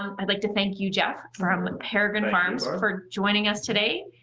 um i'd like to thank you jeff from peregrine farms for joining us today.